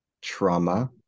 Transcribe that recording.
trauma